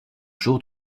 jours